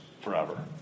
forever